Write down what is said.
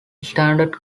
standard